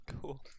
Cool